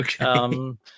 Okay